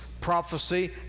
prophecy